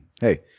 hey